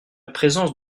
présence